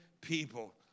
people